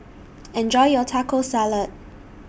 Enjoy your Taco Salad